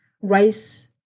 Rice